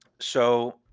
so